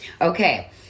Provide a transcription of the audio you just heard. Okay